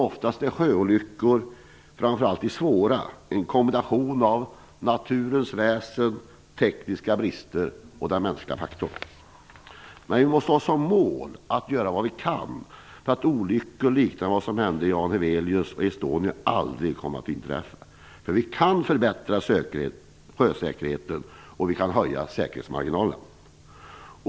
Oftast är sjöolyckor, framför allt de svåra, en kombination av naturens väsen, tekniska brister och den mänskliga faktorn. Men vi måste ha som mål att göra vad vi kan för att olyckor liknande de som hände med Jan Heweliusz och Estonia aldrig mer kommer att inträffa. Vi kan förbättra sjösäkerheten och höja säkerhetsmarginalerna.